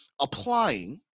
applying